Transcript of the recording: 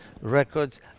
records